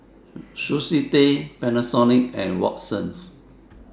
Sushi Tei Panasonic and Watsons